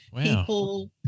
people